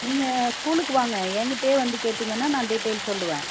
நீங்கள் ஸ்கூலுக்கு வாங்க எங்கிட்டையே வந்து கேட்டீங்கன்னா நான் டீட்டெயில்ஸ் சொல்வேன்